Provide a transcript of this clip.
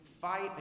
fight